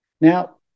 Now